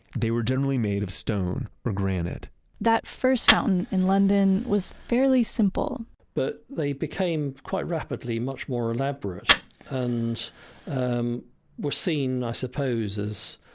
they were generally made of stone or granite that first fountain in london was fairly simple but they became quite rapidly much more elaborate and um were seen, i ah suppose, as